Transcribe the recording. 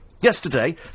Yesterday